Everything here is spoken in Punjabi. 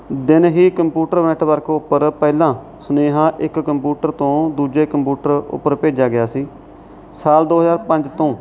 ਦਿਨ ਹੀ ਕੰਪਊਟਰ ਨੈੱਟਵਰਕ ਉੱਪਰ ਪਹਿਲਾਂ ਸਨੇਹਾਂ ਇੱਕ ਕੰਪਊਟਰ ਤੋਂ ਦੂਜੇ ਕੰਪਊਟਰ ਉੱਪਰ ਭੇਜਿਆ ਗਿਆ ਸੀ ਸਾਲ ਦੋ ਹਜ਼ਾਰ ਪੰਜ ਤੋਂ